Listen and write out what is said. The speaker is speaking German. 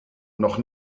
noch